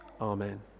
Amen